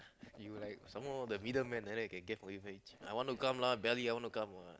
you like some more the middle man right I can get from him very cheap I want to come lah barely I want to come what